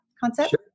concept